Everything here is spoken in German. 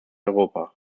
europa